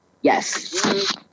Yes